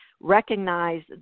recognize